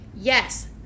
Yes